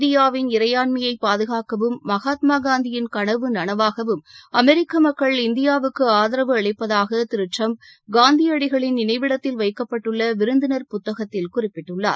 இந்தியாவின் இறையாண்மையை பாதுகாக்கவும் மகாத்மா காந்தியின் களவு நளவாகவும் அமெரிக்க மக்கள் இந்தியாவுக்கு ஆதரவு அளிப்பதாக திரு ட்டிம்ப் காந்தியடிகளின் நினைவிடத்தில் வைக்கப்பட்டுள்ள விருந்தினா் புத்தகத்தில் குறிப்பிட்டுள்ளார்